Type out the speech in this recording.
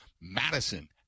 Madison